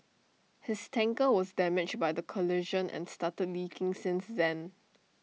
his tanker was damaged by the collision and started leaking since then